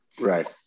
Right